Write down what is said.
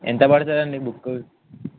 ఎంత పడుతుంది అండి బుక్